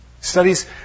Studies